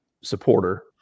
supporter